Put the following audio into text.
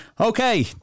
Okay